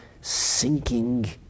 sinking